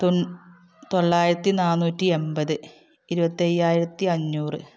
തൊള്ളായിരത്തി നാനൂറ്റി എൺപത് ഇരുപത്തായ്യായിരത്തി അഞ്ഞൂറ്